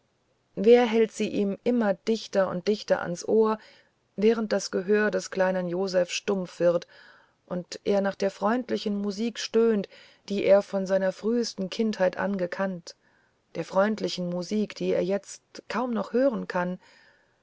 wer hält sie ihm immer dichter und dichter ans ohr während das gehör deskleinenjosephstumpfwirdundernachderfreundlichenmusikstöhnt dieervon seiner früheren kindheit an gekannt der freundlichen musik die er jetzt kaum noch hören kann